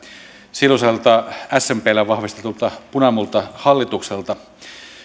silloiselta smpllä vahvistetulta punamultahallitukselta